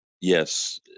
yes